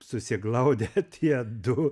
susiglaudę tie du